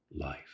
life